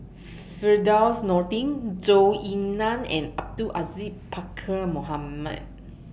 Firdaus Nordin Zhou Ying NAN and Abdul Aziz Pakkeer Mohamed